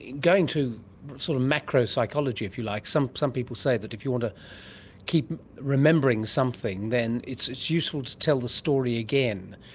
and going to sort of macro-psychology, if you like, some some people say that if you want to keep remembering something then it's it's useful to tell the story again.